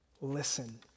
Listen